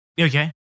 Okay